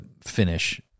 finish